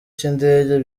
cy’indege